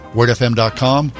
WordFM.com